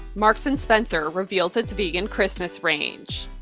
marks and spencer reveals its vegan christmas range.